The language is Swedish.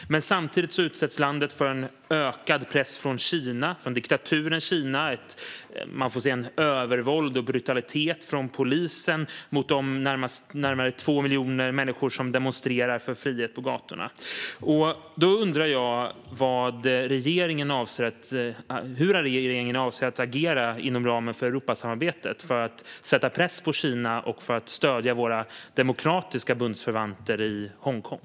Samtidigt utsätts landet för en ökad press från diktaturens Kina och, får man säga, ett övervåld och en brutalitet från polisen mot de närmare 2 miljoner människor som demonstrerar för frihet på gatorna. Jag undrar därför hur regeringen avser att agera inom ramen för Europasamarbetet för att sätta press på Kina och för att stödja våra demokratiska bundsförvanter i Hongkong.